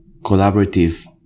collaborative